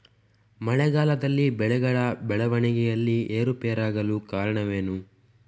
ಮಳೆಗಾಲದಲ್ಲಿ ಬೆಳೆಗಳ ಬೆಳವಣಿಗೆಯಲ್ಲಿ ಏರುಪೇರಾಗಲು ಕಾರಣವೇನು?